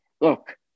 look